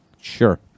Sure